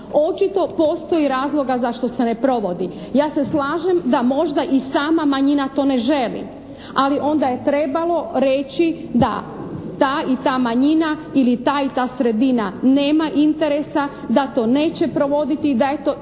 Očito postoji razloga zašto se ne provodi. Ja se slažem da možda i sama manjina to ne želi, ali onda je trebalo reći da ta i ta manjina ili ta i ta sredina nema interesa, da to neće provoditi, da je to